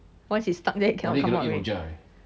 once you stuck there cannot come out already